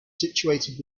situated